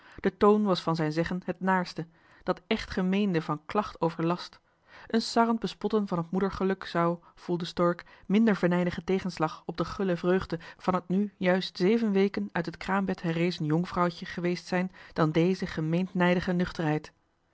de toon was van zijn zeggen het naarste dat echt gemeende van klacht over last een sarrend bespotten van t moedergeluk zou voelde stork minder venijnige tegenslag op de gulle vreugde van het nu juist zeven weken uit het kraambed herrezen jong vrouwtje geweest zijn dan deze gemeend nijdige nuchterheid